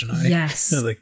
Yes